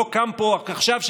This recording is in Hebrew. עכשיו,